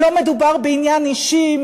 לא מדובר בעניין אישי,